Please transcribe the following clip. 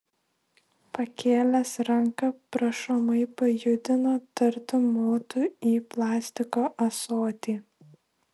pakėlęs ranką prašomai pajudino tartum motų į plastiko ąsotį